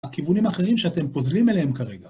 הכיוונים האחרים שאתם פוזלים אליהם כרגע